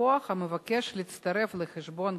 ללקוח המצטרף לחשבון),